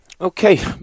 Okay